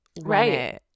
right